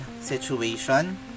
situation